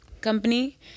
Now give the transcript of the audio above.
company